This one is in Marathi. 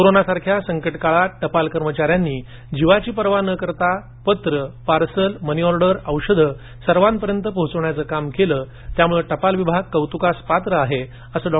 कोरोनासारख्या संकट काळात टपाल कर्मचाऱ्यांनी जीवाची पर्वा न करता पत्र पार्सल मनीऑर्डर औषधं सर्वांपर्यंत पोहोचण्याचं काम केलं त्यामुळे टपाल विभाग कौतुकास पात्र आहे असं डॉ